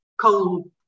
coal